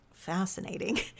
fascinating